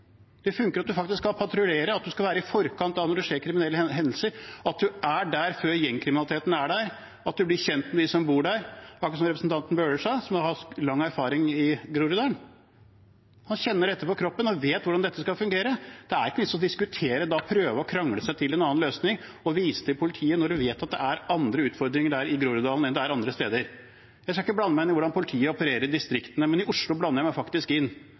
Det funker sånn at man skal patruljere, man skal være i forkant når det skjer kriminelle hendelser, at man er der før gjengkriminaliteten er der, blir kjent med dem som bor der – akkurat som representanten Bøhler, som har lang erfaring fra Groruddalen, sa. Han kjenner dette på kroppen og vet hvordan det skal fungere. Da er det ikke noen vits i å diskutere og prøve å krangle seg til en annen løsning og vise til politiet, når man vet at det er andre utfordringer i Groruddalen enn det er andre steder. Jeg skal ikke blande meg inn i hvordan politiet opererer i distriktene, men i Oslo blander jeg meg faktisk inn,